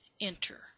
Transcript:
enter